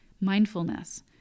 mindfulness